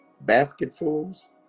basketfuls